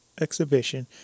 exhibition